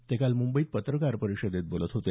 ते काल मुंबईत पत्रकार परिषदेत बोलत होते